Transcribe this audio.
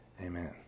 Amen